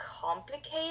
complicated